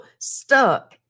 stuck